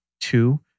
Two